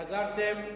חזרתם.